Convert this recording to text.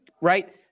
right